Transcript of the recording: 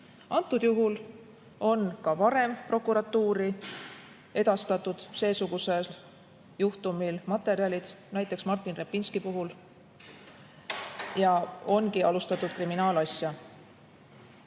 esitanud. Ka varem on prokuratuuri edastatud seesuguse juhtumi materjalid, näiteks Martin Repinski puhul, ja ongi alustatud kriminaalasi.